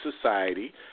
society